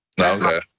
Okay